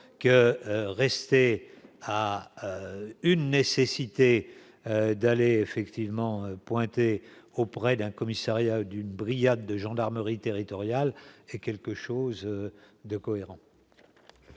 que rester à une nécessité d'aller effectivement pointé auprès d'un commissariat d'une Briatte de gendarmerie territoriale est quelque chose de cohérent.